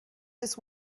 this